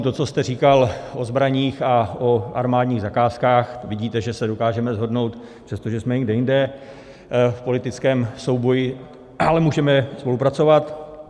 To, co jste říkal o zbraních a o armádních zakázkách vidíte, že se dokážeme shodnout, přestože jsme někde jinde v politickém souboji, ale můžeme spolupracovat.